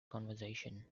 conversation